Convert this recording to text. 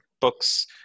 books